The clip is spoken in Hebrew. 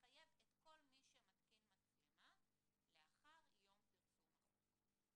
ומחייב את כל מי שמתקין מצלמה לאחר יום פרסום החוק.